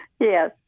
Yes